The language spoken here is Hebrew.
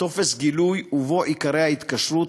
טופס גילוי ובו עיקרי ההתקשרות,